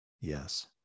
Yes